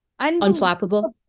unflappable